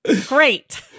Great